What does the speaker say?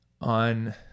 on